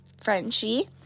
Frenchie